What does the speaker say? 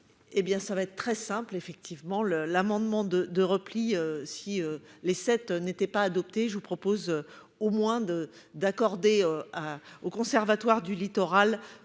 Hé bien, ça va être très simple effectivement le l'amendement de de repli si les sept n'était pas adopté, je vous propose au moins de d'accorder. Au Conservatoire du littoral